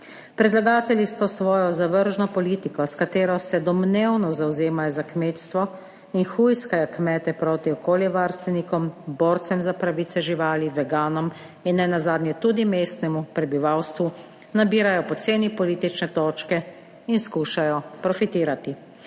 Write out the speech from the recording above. Predlagatelji s to svojo zavržno politiko, s katero se domnevno zavzemajo za kmetstvo in hujskajo kmete proti okoljevarstvenikom, borcem za pravice živali, veganom in nenazadnje tudi mestnemu prebivalstvu, nabirajo poceni politične točke in skušajo profitirati